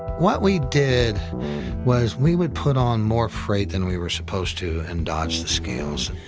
what we did was we would put on more freight than we were supposed to and dodge the scales.